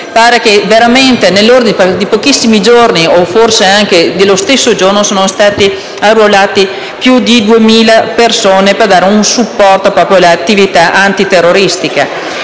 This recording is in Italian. pare che nell'ordine di pochissimi giorni o forse anche nello stesso giorno, siano stati arruolate più di 2.000 persone per dare un supporto proprio all'attività antiterroristica.